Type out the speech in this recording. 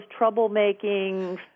troublemaking